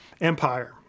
Empire